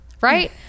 right